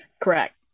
Correct